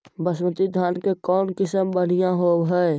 बासमती धान के कौन किसम बँढ़िया होब है?